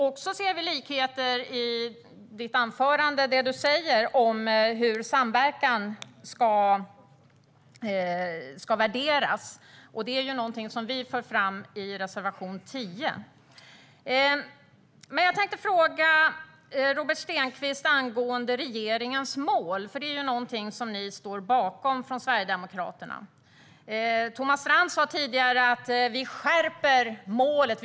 Jag ser också likheter med det du säger i ditt anförande om hur samverkan ska värderas. Det är någonting som vi för fram i reservation 10. Jag tänkte fråga Robert Stenkvist angående regeringens mål. Ni från Sverigedemokraterna står bakom dem. Thomas Strand sa tidigare att de nu skärper målet.